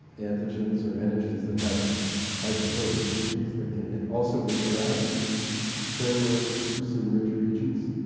antigens or antigens that have hydrophobic regions that can also interact with these framework lucine rich regions?